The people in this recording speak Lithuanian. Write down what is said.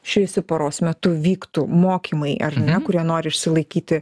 šviesiu paros metu vyktų mokymai ar ne kurie nori išsilaikyti